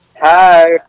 hi